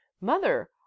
Mother